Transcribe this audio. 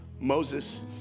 Moses